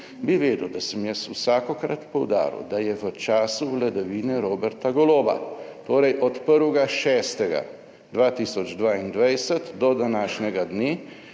bi vedel, da sem jaz vsakokrat poudaril, da je v času vladavine Roberta Goloba, torej od 1. 6. 2022 do današnjega dne,